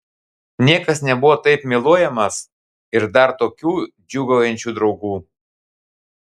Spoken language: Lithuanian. niekas nebuvo taip myluojamas ir dar tokių džiūgaujančių draugų